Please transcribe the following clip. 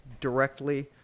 directly